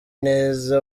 neza